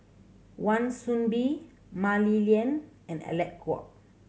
Wan Soon Bee Mah Li Lian and Alec Kuok